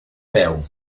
peu